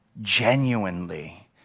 genuinely